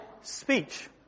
speech